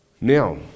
Now